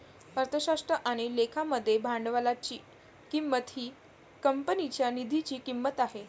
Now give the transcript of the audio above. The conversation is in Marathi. अर्थशास्त्र आणि लेखा मध्ये भांडवलाची किंमत ही कंपनीच्या निधीची किंमत आहे